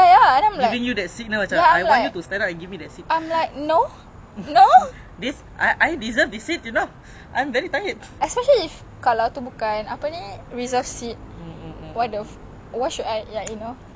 um I won't go as far as full responsibility maybe just a bit ya